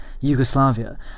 Yugoslavia